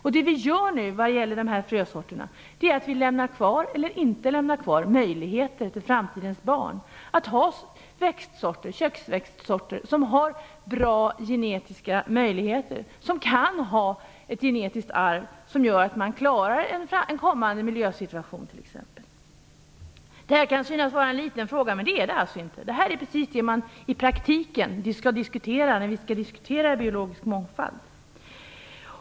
Vad vi nu gör med dessa frösorter är att vi lämnar kvar respektive inte lämnar kvar möjligheten till framtidens barn att ha tillgång till bra köksväxtsorter med bra genetiska möjligheter. De kan ha ett genetiskt arv som gör att man klarar en kommande miljösituation. Detta kan synas vara en liten fråga, men det är det alltså inte. Det här är precis det som man skall diskutera i praktiken när vi skall behandla frågan om biologisk mångfald.